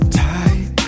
tight